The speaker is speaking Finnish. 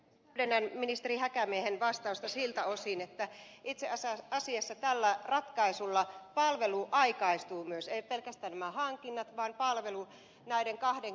täydennän ministeri häkämiehen vastausta siltä osin että itse asiassa tällä ratkaisulla palvelu aikaistuu myös eivät pelkästään nämä hankinnat vaan palvelu